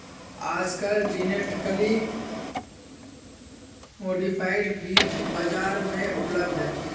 आजकल genetically modified बीज बाजार में उपलब्ध है